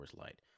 Light